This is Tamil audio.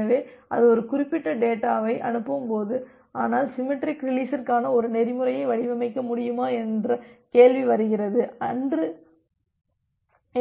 எனவே அது ஒரு குறிப்பிட்ட டேட்டாவை அனுப்பும்போது ஆனால் சிமெட்ரிக் ரீலிசிற்கான ஒரு நெறிமுறையை வடிவமைக்க முடியுமா என்ற கேள்வி வருகிறது